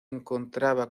encontraba